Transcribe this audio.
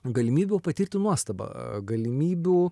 galimybių patirti nuostabą galimybių